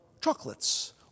chocolates